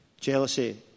Jealousy